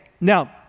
Now